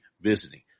visiting